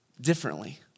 differently